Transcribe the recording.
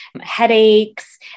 headaches